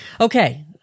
Okay